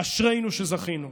אשרינו שזכינו.